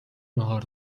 ناهار